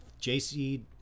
JC